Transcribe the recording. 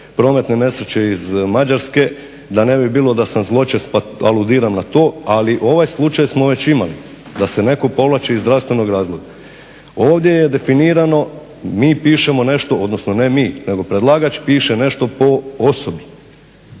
prometne nesreće iz Mađarske da ne bi bilo da sam zločest pa aludiram na to, ali ovaj slučaj smo već imali, da se netko povlači iz zdravstvenog razloga. Ovdje je definirano mi pišemo odnosno ne mi, nego predlagač piše po osobi.